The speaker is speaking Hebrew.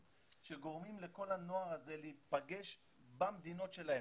שגורמים לכל הנוער הזה להיפגש במדינות שלהם.